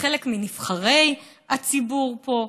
בחלק מנבחרי הציבור פה,